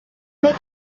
make